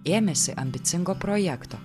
ėmėsi ambicingo projekto